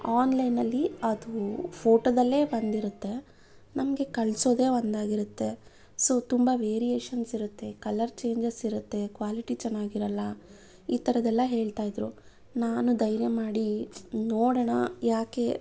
ಆನ್ಲೈನಲ್ಲಿ ಅದು ಫೋಟೋದಲ್ಲೇ ಒಂದಿರುತ್ತೆ ನಮಗೆ ಕಳಿಸೋದೆ ಒಂದಾಗಿರುತ್ತೆ ಸೊ ತುಂಬ ವೇರಿಯೇಷನ್ಸ್ ಇರುತ್ತೆ ಕಲರ್ ಚೇಂಜಸ್ ಇರುತ್ತೆ ಕ್ವಾಲಿಟಿ ಚೆನ್ನಾಗಿರಲ್ಲ ಈ ಥರದ್ದೆಲ್ಲ ಹೇಳ್ತಾಯಿದ್ರು ನಾನು ಧೈರ್ಯ ಮಾಡಿ ನೋಡೋಣ ಏಕೆ